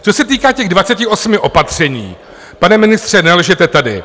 Co se týká 28 opatření, pane ministře, nelžete tady.